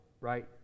right